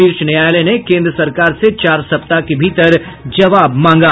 शीर्ष न्यायालय ने केन्द्र सरकार से चार सप्ताह के भीतर जवाब मांगा